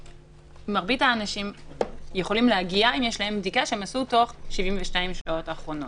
מרבית האנשים יכולים להגיע אם יש להם בדיקה שעשו תוך 72 השעות האחרונות.